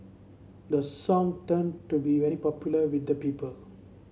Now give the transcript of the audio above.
the song turned to be very popular with the people